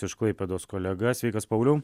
iš klaipėdos kolega sveikas pauliau